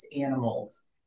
animals